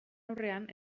aurrean